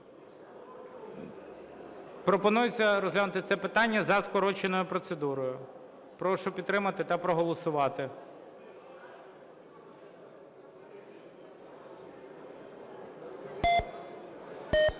Пропонується розглянути це питання за скороченою процедурою. Прошу підтримати та проголосувати.